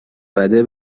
بده